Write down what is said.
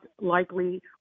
likely